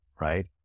right